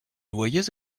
loyers